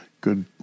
good